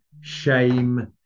shame